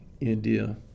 India